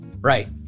Right